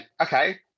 okay